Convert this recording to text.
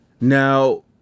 Now